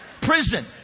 Prison